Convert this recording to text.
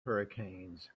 hurricanes